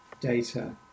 data